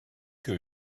que